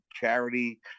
charity